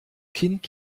kind